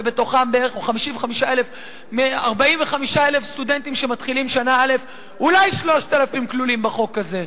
ובתוכם 45,000 סטודנטים שמתחילים שנה א' אולי 3,000 כלולים בחוק הזה.